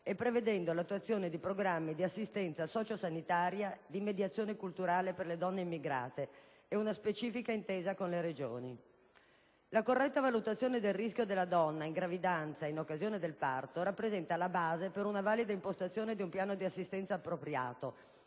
e prevedendo l'attuazione di programmi di assistenza socio-sanitaria di mediazione culturale per le donne immigrate e una specifica intesa con le Regioni. La corretta valutazione dei rischi in cui incorre la donna nel corso della gravidanza ed in occasione del parto rappresenta la base per una valida impostazione di un piano di assistenza appropriato